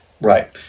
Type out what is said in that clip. Right